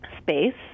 Space